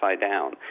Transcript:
down